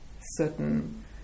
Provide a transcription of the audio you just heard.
certain